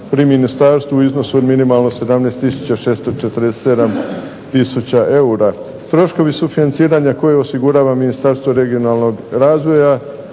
pri Ministarstvu u iznosu od minimalno 17 tisuća 647 tisuća eura. Troškovi financiranja koje osigurava Ministarstvo regionalnog razvoja